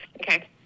Okay